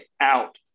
out